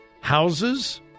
houses